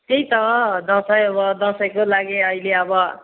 त्यही त दसैँ अब दसैँको लागि अहिले अब